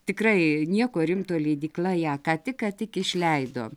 tikrai nieko rimto leidykla ją ką tik ką tik išleido